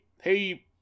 hey